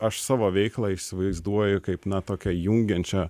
aš savo veiklą įsivaizduoju kaip na tokią jungiančią